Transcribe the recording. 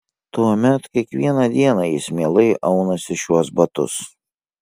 tuomet kiekvieną dieną jis mielai aunasi šiuos batus